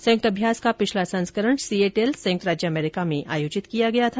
संयुक्त अभ्यास का पिछला संस्करण सिऐटल संयुक्त राज्य अमेरिका में आयोजित किया गया था